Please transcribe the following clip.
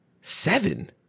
Seven